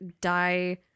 die